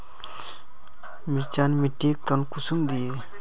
मिर्चान मिट्टीक टन कुंसम दिए?